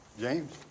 James